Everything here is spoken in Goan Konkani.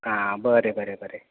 आं बरें बरें बरें